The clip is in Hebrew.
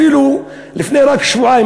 אפילו רק לפני שבועיים,